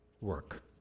work